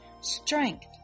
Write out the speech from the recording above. strength